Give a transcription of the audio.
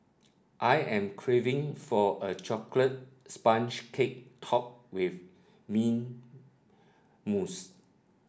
I am craving for a chocolate sponge cake topped with mint mousse